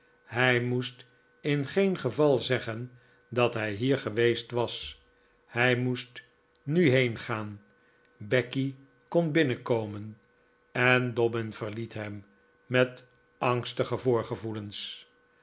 hij moest in geen geval zeggen dat hij hier geweest was hij moest nu heengaan becky kon binnenkomen en dobbin verliet hem met angstige voorgevoelens